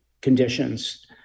conditions